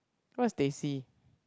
what's teh C